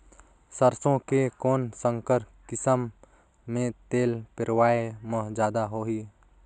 सरसो के कौन संकर किसम मे तेल पेरावाय म जादा होही?